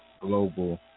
global